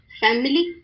family